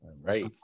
right